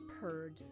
purred